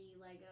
lego